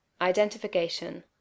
identification